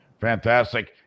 fantastic